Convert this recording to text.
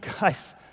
guys